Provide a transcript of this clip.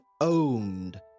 owned